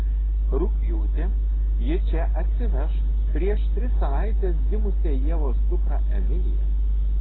rugpjūtį ji čia atsiveš prieš tris savaites gimusią ievos dukrą emiliją